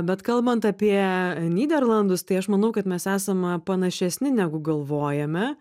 bet kalbant apie nyderlandus tai aš manau kad mes esam panašesni negu galvojame